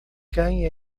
quem